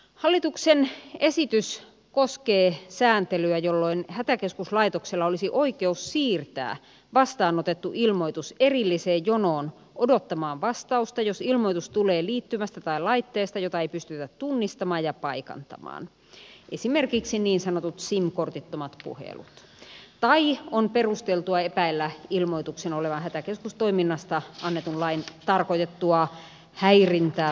hallituksen esitys koskee sääntelyä jolloin hätäkeskuslaitoksella olisi oikeus siirtää vastaanotettu ilmoitus erilliseen jonoon odottamaan vastausta jos ilmoitus tulee liittymästä tai laitteesta jota ei pystytä tunnistamaan ja paikantamaan esimerkiksi niin sanotut sim kortittomat puhelut tai on perustelua epäillä ilmoituksen olevan hätäkeskustoiminnasta annetussa laissa tarkoitettua häirintää tai väärinkäyttöä